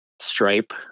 stripe